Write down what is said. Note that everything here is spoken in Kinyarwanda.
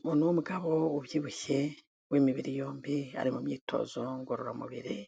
Umuntu w'umugabo ubyibushye w'imibiri yombi ari mu myitozo ngororamubiri,